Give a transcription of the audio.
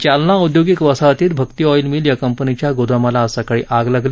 जालना औद्योगिक वसाहतीत Bhakti oil mill या कंपनीच्या गोदामाला आज सकाळी आग लागली